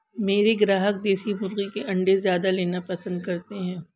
मेरे ग्राहक देसी मुर्गी के अंडे ज्यादा लेना पसंद करते हैं